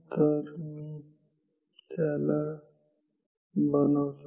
तर मी त्याला बनवतो